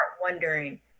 wondering